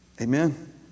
Amen